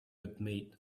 admit